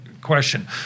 question